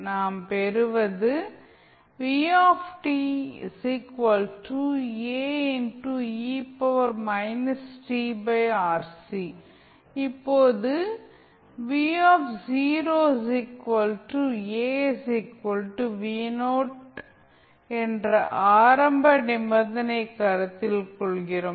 நாம் பெறுவது இப்போது என்ற ஆரம்ப நிபந்தனையை கருத்தில் கொள்கிறோம்